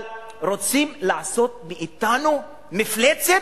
אבל רוצים לעשות מאתנו מפלצת,